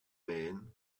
men